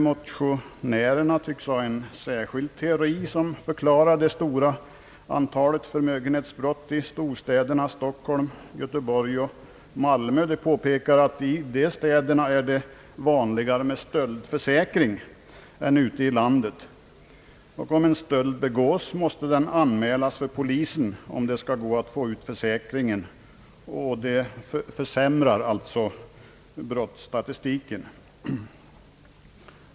Motionärerna tycks ha en särskild teori som förklarar det stora antalet förmögenhetsbrott i storstäderna Stockholm, Göteborg och Malmö. De påpekar att det i dessa städer är vanligare med stöldförsäkring än ute i landet, och om en stöld begås, måste den anmälas för polisen, om man skall få ut försäkring en. Detta försämrar alltså brottsstatistiken.